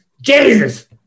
Jesus